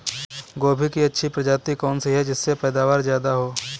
गोभी की अच्छी प्रजाति कौन सी है जिससे पैदावार ज्यादा हो?